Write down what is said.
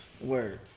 Word